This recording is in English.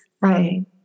Right